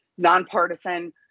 Nonpartisan